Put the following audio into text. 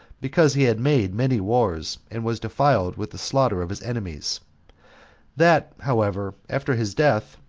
because he had made many wars, and was defiled with the slaughter of his enemies that, however, after his death,